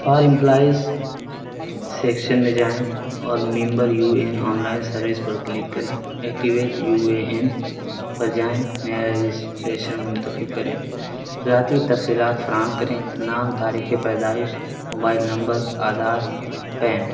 for employees section میں جائیں اور member U N online service پر کلک کریں ایکٹیویٹ یو اے این پر جائیں نیا رجسٹریشن منتخب کریں ذاتی تفصیلات فراہم کریں نام تاریخے پیدائش موبائل نمبر آدھار پین